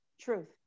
truth